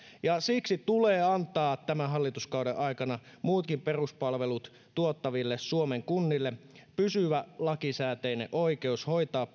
ja siksi tulee antaa tämän hallituskauden aikana muutkin peruspalvelut tuottaville suomen kunnille pysyvä lakisääteinen oikeus hoitaa